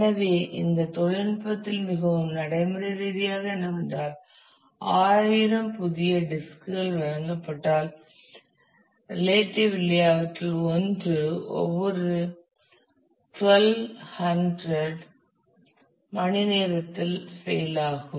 எனவே இந்த தொழில்நுட்பத்தில் மிகவும் நடைமுறை ரீதியாக என்னவென்றால் ஆயிரம் புதிய டிஸ்க் குகள் வழங்கப்பட்டால் ரிலேட்டிவிலி அவற்றில் ஒன்று ஒவ்வொரு டோல்வ் ஹண்ட்ரட் மணி நேரத்தில் ஃபெயில் ஆகும்